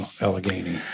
Allegheny